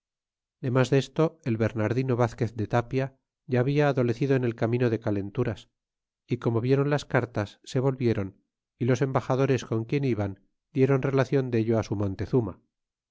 demas desto el bernardino vazquez de tapia ya habla adolecido en el camino de calenturas y como vieron las cartas se volvieron y los embaxadores con quien iban dieron relacion dello su montezuma